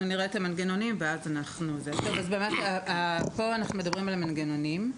פה אנחנו מדברים על המנגנונים.